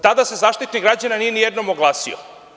Tada se Zaštitnik građana nije ni jednom oglasio.